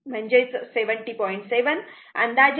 7 अंदाजे 71 V